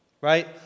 right